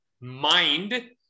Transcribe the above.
mind